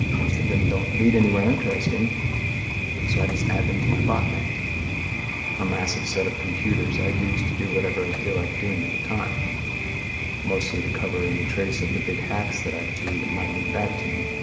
most of them don't lead anywhere interesting so i just add them to my botnet a massive set of computers i use to do whatever i feel like doing at the time mostly, to cover any trace of the big hacks that i do that might lead back to me.